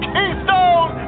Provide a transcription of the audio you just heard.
Keystone